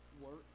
work